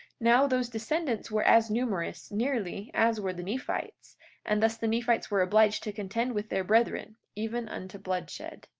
now those descendants were as numerous, nearly, as were the nephites and thus the nephites were obliged to contend with their brethren, even unto bloodshed.